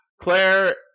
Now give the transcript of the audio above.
Claire